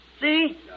See